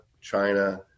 China